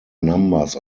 numbers